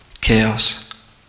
chaos